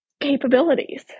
capabilities